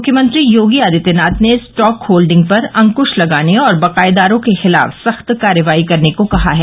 मुख्यमंत्री योगी आदित्यनाथ ने stock holding पर अंक्श लगाने और बकाएदारों के खिलाफ सख्त कार्रवाई करने को कहा है